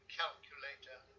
calculator